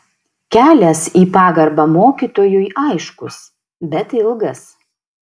kelias į pagarbą mokytojui aiškus bet ilgas